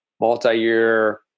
multi-year